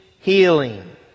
healing